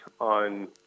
on